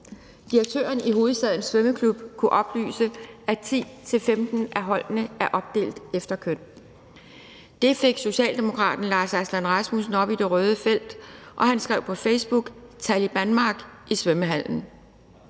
Direktøren i Hovedstadens Svømmeklub kunne oplyse, at 10-15 af holdene er opdelt efter køn. Det fik socialdemokraten Lars Aslan Rasmussen op i det røde felt, og han skrev på Facebook: »TALIBANMARK I SVØMMEHALLEN«.